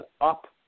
up